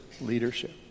leadership